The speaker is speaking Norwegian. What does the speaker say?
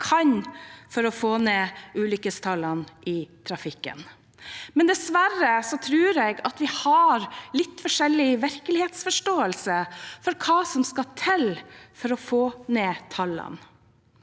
for å få ned ulykkestallene i trafikken, men dessverre tror jeg at vi har litt forskjellig virkelighetsforståelse for hva som skal til for å få ned tallene.